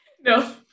No